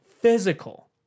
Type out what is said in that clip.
physical